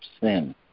sin